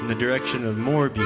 the direction of more beauty,